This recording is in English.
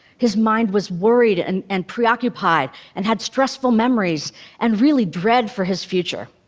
his mind was worried and and preoccupied and had stressful memories and, really, dread for his future.